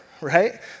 right